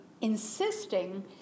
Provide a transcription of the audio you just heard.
insisting